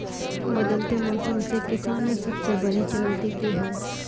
बदलते मौसम से किसानेर सबसे बड़ी चुनौती की होय?